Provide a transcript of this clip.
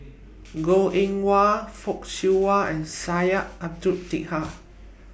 Goh Eng Wah Fock Siew Wah and Syed Abdulrahman Taha